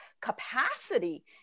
capacity